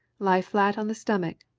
lie flat on the stomach,